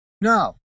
no